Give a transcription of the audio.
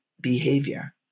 behavior